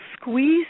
squeeze